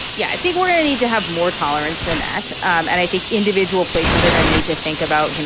yeah, i think where and they to have more tolerance than that. and i think individual places are going to need to think about, you know,